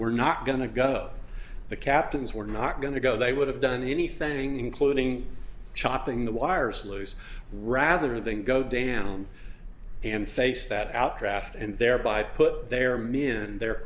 were not going to go the captains were not going to go they would have done anything including chopping the wires loose rather than go down and face that out craft and thereby put their m